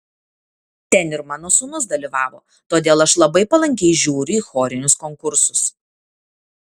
ten ir mano sūnus dalyvavo todėl aš labai palankiai žiūriu į chorinius konkursus